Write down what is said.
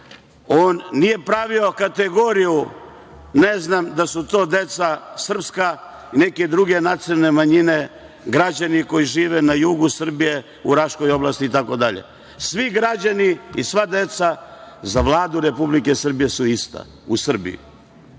on nije pravio kategoriju, ne znam, da su to deca srpska i neke druge nacionalne manjine, građani koji žive na jugu Srbije u Raškoj oblasti itd, svi građani i sva deca za Vladu Republike Srbije su ista u Srbiji.